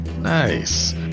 Nice